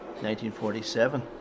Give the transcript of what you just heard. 1947